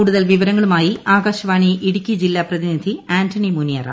കൂടുതൽ വിവരങ്ങളുമായി ആകാശ്ലവാണി ഇടുക്കി ജില്ലാ പ്രതിനിധി ആന്റണി മുനിയറ